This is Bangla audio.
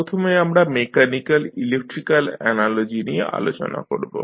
প্রথমে আমরা মেকানিক্যাল ইলেক্ট্রিক্যাল অ্যানালজি নিয়ে আলোচনা করব